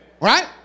Right